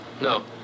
No